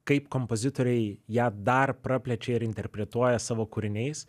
kaip kompozitoriai ją dar praplečia ir interpretuoja savo kūriniais